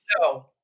No